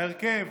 ההרכב